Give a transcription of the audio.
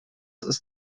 ist